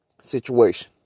situation